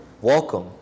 welcome